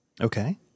Okay